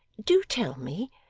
do tell me.